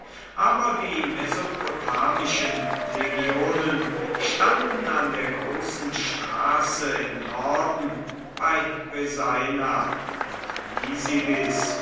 aber die mesopotamischen legionen standen an der großen straße im norden bei resaina und nisibis